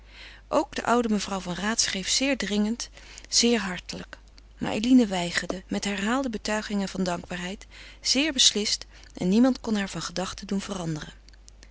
ook de oude mevrouw van raat schreef zeer dringend zeer hartelijk maar eline weigerde met herhaalde betuigingen van dankbaarheid zeer beslist en niemand kon haar van gedachte doen veranderen